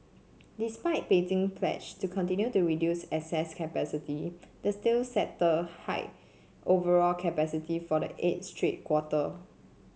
despite Beijing pledge to continue to reduce excess capacity the steel sector hiked overall capacity for the eighth straight quarter